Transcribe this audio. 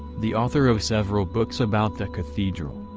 the author of several books about the cathedral.